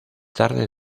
tarde